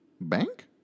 bank